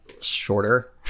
shorter